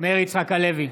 מאיר יצחק הלוי,